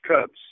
Cubs